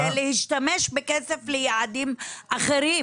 זה להשתמש בכסף ליעדים אחרים.